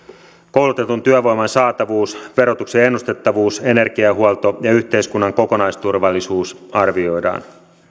koulutetun työvoiman saatavuus verotuksen ennustettavuus energiahuolto ja yhteiskunnan kokonaisturvallisuus arvioidaan